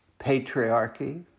patriarchy